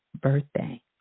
birthday